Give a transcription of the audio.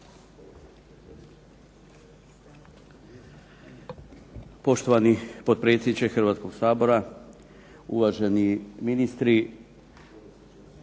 Poštovani potpredsjedniče Hrvatskoga sabora, uvaženi ministre,